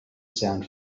sound